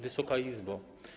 Wysoka Izbo!